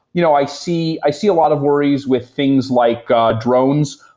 you know i see i see a lot of worries with things like drones.